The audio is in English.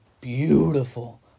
beautiful